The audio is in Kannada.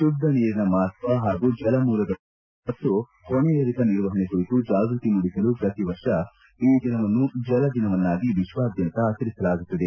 ಶುದ್ಧ ನೀರಿನ ಮಹತ್ವ ಹಾಗೂ ಜಲಮೂಲಗಳ ಸಂರಕ್ಷಣೆ ಮತ್ತು ಹೊಣೆಯರಿತ ನಿರ್ವಹಣೆ ಕುರಿತು ಜಾಗೃತಿ ಮೂಡಿಸಲು ಪ್ರತಿ ವರ್ಷ ಈ ದಿನವನ್ನು ಜಲ ದಿನವನ್ನಾಗಿ ವಿಶ್ವಾದ್ಯಂತ ಆಚರಿಸಲಾಗುತ್ತದೆ